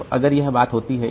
तो अगर वह बात होती है